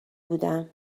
بودم